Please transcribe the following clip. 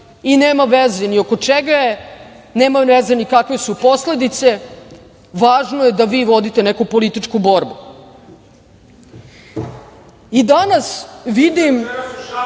i nema veze ni oko čega je, nema veze ni kakve su posledice, važno je da vi vodite neku političku borbu? Danas vidim